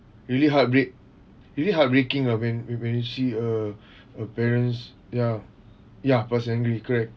really heartbreak really heartbreaking ah when when when we see a a parents ya ya first angry correct